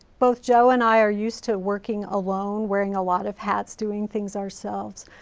both joe and i are used to working alone wearing a lot of hats doing things ourselves.